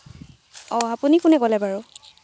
অঁ আপুনি কোনে ক'লে বাৰু